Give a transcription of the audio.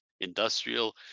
industrial